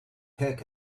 pick